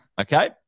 okay